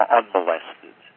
unmolested